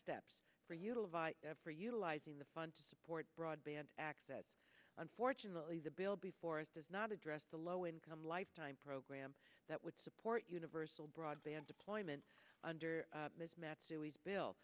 steps for you for utilizing the fund to support broadband access unfortunately the bill before it does not address the low income lifetime program that would support universal broadband deployment under mismatched dewey's bill